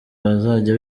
bazajya